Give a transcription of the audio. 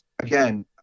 again